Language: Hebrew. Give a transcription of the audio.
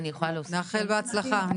אני יכולה להוסיף שאלה?